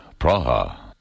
Praha